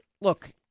look